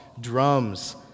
drums